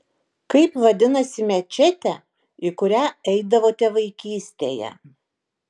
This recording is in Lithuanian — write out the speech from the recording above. kaip vadinasi mečetė į kurią eidavote vaikystėje